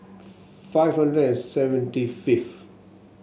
five hundred and seventy fifth